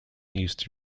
east